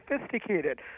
sophisticated